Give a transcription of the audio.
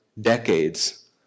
decades